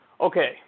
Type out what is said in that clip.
Okay